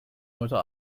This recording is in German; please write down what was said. heute